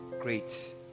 great